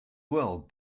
well